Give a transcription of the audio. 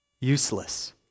useless